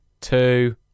two